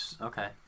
Okay